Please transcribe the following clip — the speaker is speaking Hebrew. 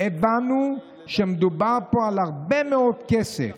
הבנו שמדובר פה על הרבה מאוד כסף,